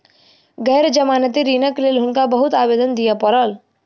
गैर जमानती ऋणक लेल हुनका बहुत आवेदन दिअ पड़ल